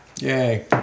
Yay